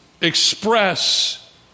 express